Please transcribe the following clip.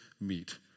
meet